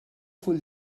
full